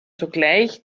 sogleich